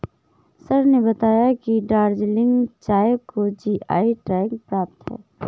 sir ने बताया कि दार्जिलिंग चाय को जी.आई टैग प्राप्त है